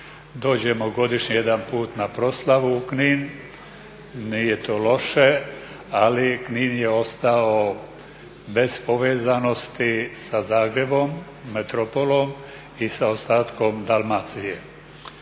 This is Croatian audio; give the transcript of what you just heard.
Dođemo godišnje jedanput na proslavu u Knin, nije to loše, ali Knin je ostao bez povezanosti sa Zagrebom, metropolom i sa ostatkom Dalmacije.